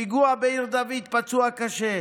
פיגוע בעיר דוד עם פצוע קשה,